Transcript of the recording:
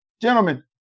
Gentlemen